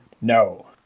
no